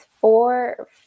four